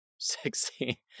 Sexy